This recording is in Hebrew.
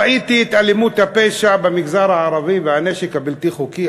ראיתי את האלימות והפשע במגזר הערבי והנשק הבלתי-חוקי.